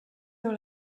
dans